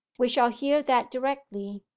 we shall hear that directly.